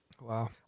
Wow